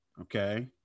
okay